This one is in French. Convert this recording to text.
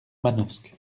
manosque